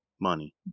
Money